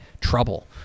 trouble